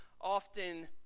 often